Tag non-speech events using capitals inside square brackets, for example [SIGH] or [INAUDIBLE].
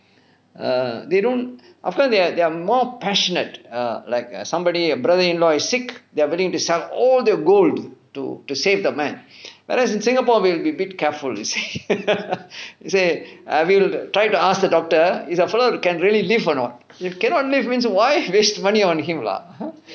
err they don't of course they are more passionate err like somebody a brother-in-law is sick they are willing to sell all their gold to to save the man whereas in singapore we will be a bit careful you see [LAUGHS] you see we'll try to ask the doctor is the fellow can really live or not if cannot live means why waste money on him lah